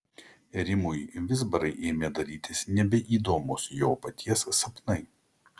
rimui vizbarai ėmė darytis nebeįdomūs jo paties sapnai